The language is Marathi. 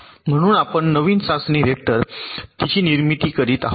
म्हणून आपण नवीन चाचणी वेक्टर तिची निर्मिती करीत आहोत